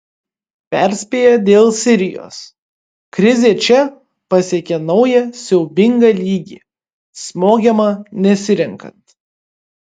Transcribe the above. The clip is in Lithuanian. perspėja dėl sirijos krizė čia pasiekė naują siaubingą lygį smogiama nesirenkant